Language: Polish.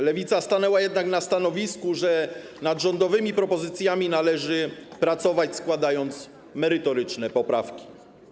Lewica stanęła jednak na stanowisku, że nad rządowymi propozycjami należy pracować, składając merytoryczne poprawki.